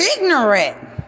ignorant